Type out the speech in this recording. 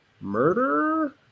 murder